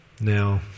Now